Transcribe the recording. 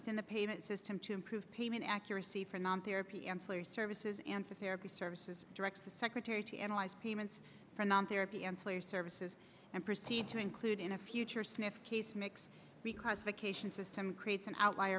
within the payment system to improve payment accuracy for non therapy ancillary services and for therapy services direct the secretary to analyze payments for non therapy employer services and proceed to include in a future sniff case mix because the cation system creates an